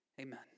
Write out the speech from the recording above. Amen